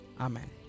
amen